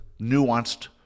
nuanced